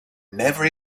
never